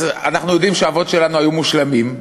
אז אנחנו יודעים שהאבות שלנו היו מושלמים,